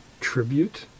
tribute